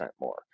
more